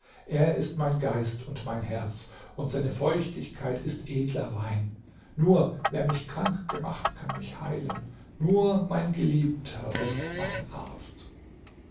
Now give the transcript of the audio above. er ist mein geist und mein herz und seine feuchtigkeit ist edler wein nur wer mich krank gemacht kann mich heilen nur mein geliebter ist mein arzt